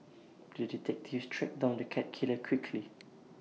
the detective tracked down the cat killer quickly